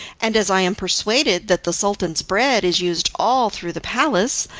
and, as i am persuaded that the sultan's bread is used all through the palace,